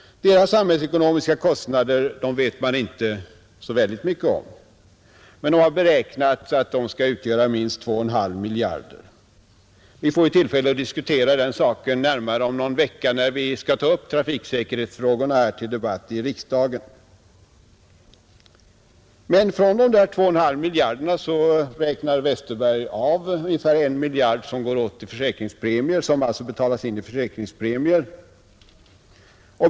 Deras samhällsekonomiska kostnader vet man inte så mycket om, men man har beräknat att de skulle utgöra minst 2,5 miljarder kronor. Vi får tillfälle att diskutera den saken närmare om någon vecka, när vi skall ta upp trafiksäkerhetsfrågorna till debatt i riksdagen. Men från 2,5 miljarder kronor räknar Westerberg av ungefär 1 miljard kronor som betalas in i försäkringspremier.